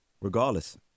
regardless